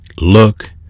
look